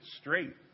straight